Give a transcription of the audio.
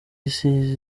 isi